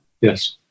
Yes